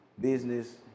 business